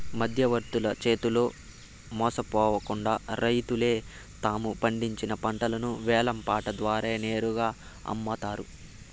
మధ్యవర్తుల చేతిలో మోసపోకుండా రైతులే తాము పండించిన పంటను వేలం పాట ద్వారా నేరుగా అమ్ముతారు